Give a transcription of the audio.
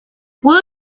will